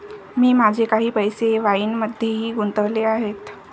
मी माझे काही पैसे वाईनमध्येही गुंतवले आहेत